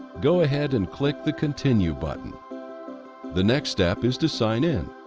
go ahead and click the continue button the next step is to sign in.